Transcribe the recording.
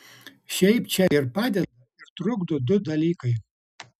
šiaip čia ir padeda ir trukdo du dalykai